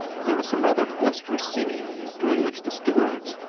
there was some rather boisterous singing, during which the stewards,